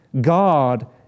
God